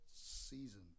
season